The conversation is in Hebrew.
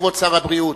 כבוד שר הבריאות.